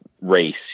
race